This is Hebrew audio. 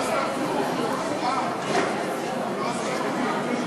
היא לא עשתה כלום, המורה.